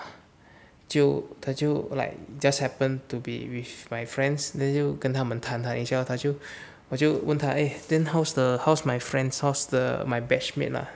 就他就 like just happen to be with my friends then 就跟他们谈谈一下他就我就问他 eh then how's the how's my friend's house the my batch mate lah